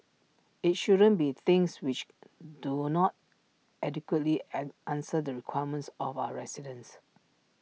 IT shouldn't be things which do not adequately an answer the requirements of our residents